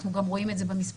אנחנו גם רואים את זה במספרים.